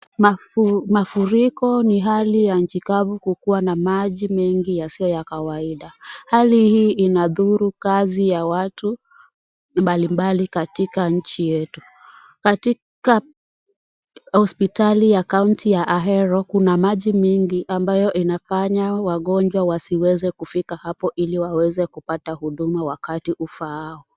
Mafuriko ni hali ya nchi kavu kukuwa na maji mengi yasiyo ya kawaida. Hali hii inadhuru kazi ya watu mbalimbali katika nchi yetu. Katika hospitali ya kaunti ya Ahero kuna maji mingi ambayo inafanya wagonjwa wasiweze kufika hapo ili waweze kupata huduma wakati ufaao.